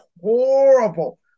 horrible